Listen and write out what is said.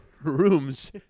rooms